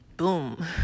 boom